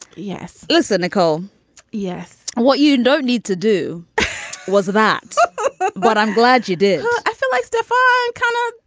yes. listen nicole yes. what you don't need to do was that but i'm glad you did. i feel like stuff. ah kind of